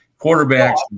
quarterbacks